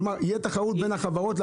כלומר, יהיה תחרות בין החברות.